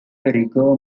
rigor